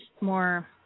more